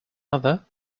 mother